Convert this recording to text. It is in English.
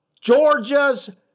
Georgia's